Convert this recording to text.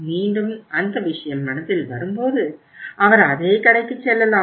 மீண்டும் அந்த விஷயம் மனதில் வரும்போது அவர் அதே கடைக்குச் செல்லலாம்